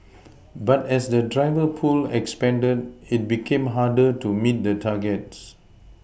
but as the driver pool expanded it became harder to meet the targets